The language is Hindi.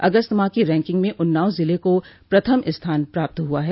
अगस्त माह की रैंकिंग में उन्नाव जिले को प्रथम स्थान प्राप्त हुआ है